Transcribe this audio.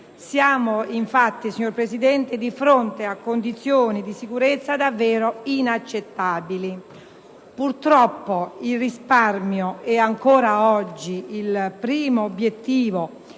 Infatti, signor Presidente, siamo di fronte a condizioni di sicurezza davvero inaccettabili! Purtroppo, il risparmio è ancora oggi il primo obiettivo